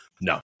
No